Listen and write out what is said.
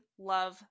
love